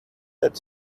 that